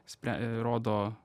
sprę rodo